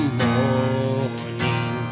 morning